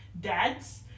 dads